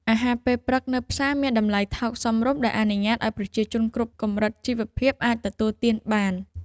អាហារពេលព្រឹកនៅផ្សារមានតម្លៃថោកសមរម្យដែលអនុញ្ញាតឱ្យប្រជាជនគ្រប់កម្រិតជីវភាពអាចទទួលទានបាន។